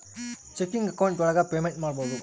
checking account ಒಳಗ payment ಮಾಡ್ಬೋದು